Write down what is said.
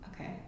okay